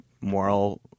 moral